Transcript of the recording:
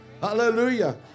Hallelujah